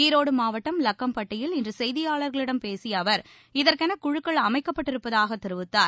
ஈரோடுமாவட்டம் லக்கம்பட்டியில் இன்றுசெய்தியாளர்களிடம் பேசியஅவர் இதற்கெனகுழுக்கள் அமைக்கப்பட்டாரப்பதாகத் தெரிவித்தார்